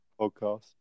podcast